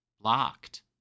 Blocked